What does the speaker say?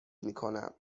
میکنم